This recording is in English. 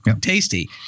Tasty